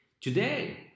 Today